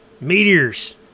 Meteors